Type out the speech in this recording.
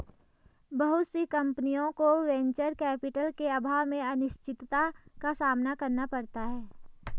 बहुत सी कम्पनियों को वेंचर कैपिटल के अभाव में अनिश्चितता का सामना करना पड़ता है